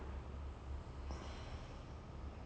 like there's been like what three spiderman so far